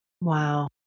Wow